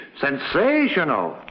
Sensational